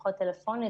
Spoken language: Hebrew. לפחות בטלפון,